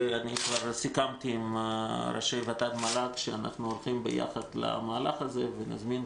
אני כבר סיכמתי עם ראשי ות"ת ומל"ג שאנחנו הולכים יחד למהלך הזה ונזמין,